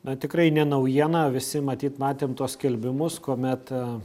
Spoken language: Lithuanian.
na tikrai ne naujiena visi matyt matėm tuos skelbimus kuomet